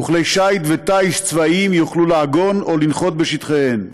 וכלי שיט וטיס צבאיים יוכלו לעגון או לנחות בשטחיהן.